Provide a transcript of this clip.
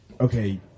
Okay